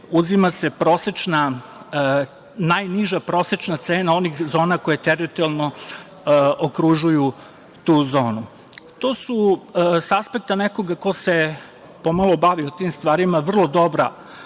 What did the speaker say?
uzima se najniža prosečna cena onih zona koje teritorijalno okružuju tu zonu. To su, sa aspekta nekoga ko se pomalo bavio tim stvarima, vrlo dobra